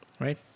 Right